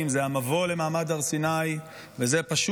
נוכחת, חברת הכנסת שלי טל מירון, אינה נוכחת.